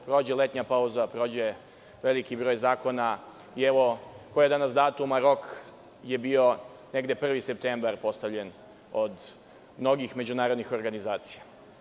Prođe letnja pauza, prođe veliki broj zakona i evo, koji je danas datum a rok je bio negde 1. septembar postavljen od mnogih međunarodnih organizacija.